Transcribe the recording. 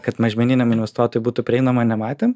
kad mažmeniniam investuotojui būtų prieinama nematėm